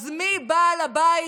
אז מי בעל הבית,